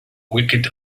wicket